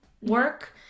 work